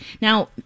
Now